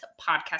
podcast